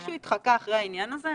מישהו התחקה אחר העניין הזה?